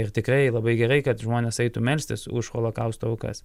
ir tikrai labai gerai kad žmonės eitų melstis už holokausto aukas